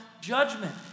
judgment